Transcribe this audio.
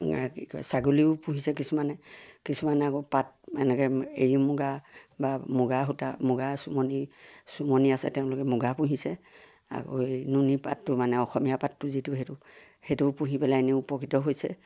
কি আৰু কি কয় ছাগলীও পুহিছে কিছুমানে কিছুমানে আকৌ পাট এনেকৈ এৰী মুগা বা মুগা সূতা মুগা চোমনি চোমনি আছে তেওঁলোকে মুগা পুহিছে আকৌ এই নুনিপাটটো মানে অসমীয়া পাটটো যিটো সেইটো সেইটোও পুহি পেলাই এনেও উপকৃত হৈছে